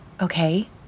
Okay